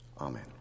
Amen